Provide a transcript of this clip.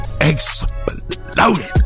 exploded